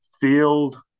field